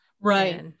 Right